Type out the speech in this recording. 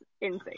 insane